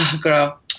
Girl